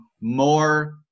more